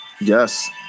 yes